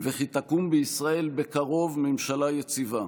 וכי תקום בישראל בקרוב ממשלה יציבה.